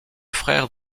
frère